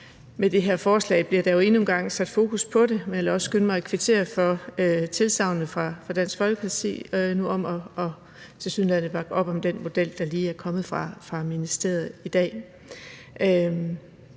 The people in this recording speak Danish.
med det her forslag bliver der jo endnu en gang sat fokus på det. Jeg vil også skynde mig at kvittere for tilsagnet fra Dansk Folkeparti om tilsyneladende at bakke op om den model, der lige er kommet fra ministeriet i dag.